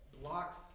blocks